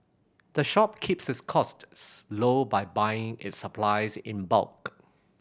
the shop keeps its costs low by buying its supplies in bulk